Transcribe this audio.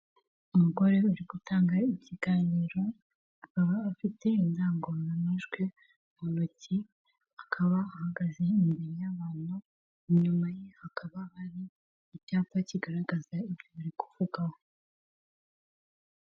Umugore uri gutanga ikiganiro akaba afite indangururamajwi, mu ntoki akaba ahagaze imbere y'abantu inyuma ye hakaba hari icyapa kigaragaza ibyo bari kuvugaho.